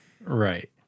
Right